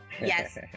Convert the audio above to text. yes